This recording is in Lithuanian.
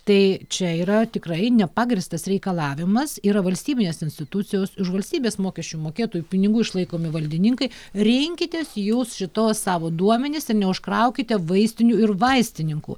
tai čia yra tikrai nepagrįstas reikalavimas yra valstybinės institucijos už valstybės mokesčių mokėtojų pinigų išlaikomi valdininkai rinkitės jūs šitos savo duomenis neužkraukite vaistinių ir vaistininkų